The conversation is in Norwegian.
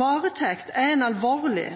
Varetekt er en alvorlig